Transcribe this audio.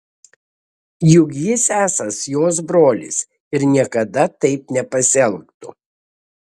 juk jis esąs jos brolis ir niekada taip nepasielgtų